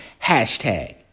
Hashtag